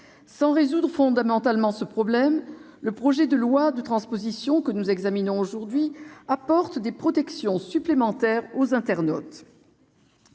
Sans résoudre fondamentalement ce problème, le projet de loi de transposition que nous examinons cet après-midi apporte des protections supplémentaires aux internautes.